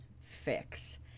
fix